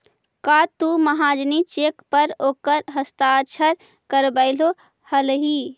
का तु महाजनी चेक पर ओकर हस्ताक्षर करवले हलहि